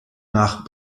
nach